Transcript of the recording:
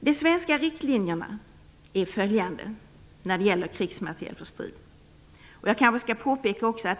Jag kanske skall påpeka att det finns ett generellt förbud mot vapenexport - den sker på dispens.